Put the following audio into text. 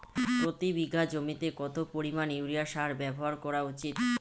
প্রতি বিঘা জমিতে কত পরিমাণ ইউরিয়া সার ব্যবহার করা উচিৎ?